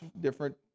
different